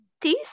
teeth